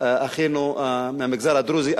את אחינו מהמגזר הדרוזי.